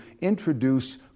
introduce